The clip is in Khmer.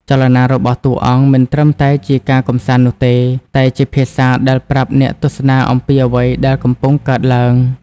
ចលនារបស់តួអង្គ មិនត្រឹមតែជាការកម្សាន្តនោះទេ តែជាភាសាដែលប្រាប់អ្នកទស្សនាអំពីអ្វីដែលកំពុងកើតឡើង។